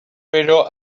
pero